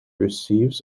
receives